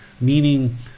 meaning